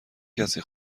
کسی